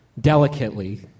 delicately